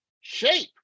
Shape